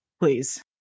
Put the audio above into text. Please